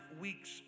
weeks